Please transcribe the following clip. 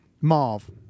Marv